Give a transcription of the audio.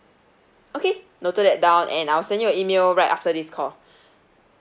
okay noted that down and I'll send you a email right after this call